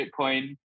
Bitcoin